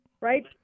Right